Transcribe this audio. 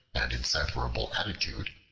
and inseparable attribute,